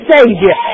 Savior